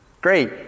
great